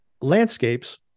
landscapes